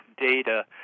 data